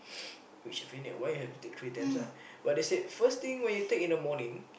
which I feeling that why you have to take three times lah but they said first thing when you take in the morning